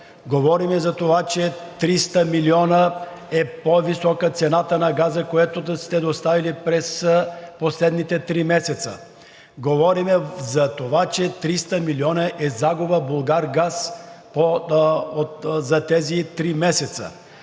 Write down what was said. Говорим за това, че 300 милиона е по-висока цената на газа, която сте доставили през последните три месеца. Говорим за това, че 300 милиона е загубата на „Булгаргаз“ за тези три месеца.